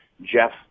Jeff